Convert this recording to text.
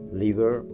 liver